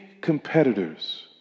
competitors